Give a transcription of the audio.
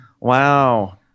Wow